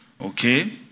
okay